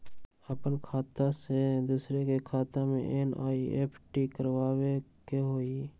अपन खाते से दूसरा के खाता में एन.ई.एफ.टी करवावे के हई?